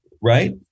Right